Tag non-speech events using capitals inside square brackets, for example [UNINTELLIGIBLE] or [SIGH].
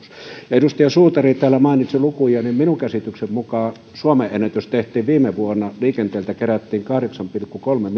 edustaja suutari täällä mainitsi lukuja minun käsitykseni mukaan suomen ennätys tehtiin viime vuonna liikenteeltä kerättiin kahdeksan pilkku kolme [UNINTELLIGIBLE]